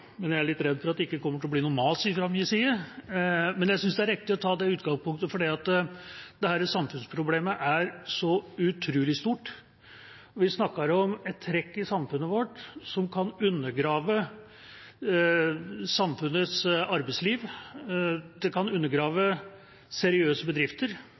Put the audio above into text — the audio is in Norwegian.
men jeg er litt redd for at det ikke kommer til å bli noe mas fra min side. Jeg syns det er riktig å ta det utgangspunktet, for dette samfunnsproblemet er så utrolig stort. Vi snakker om et trekk i samfunnet vårt som kan undergrave samfunnets arbeidsliv. Det kan undergrave seriøse bedrifter.